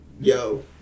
Yo